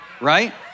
Right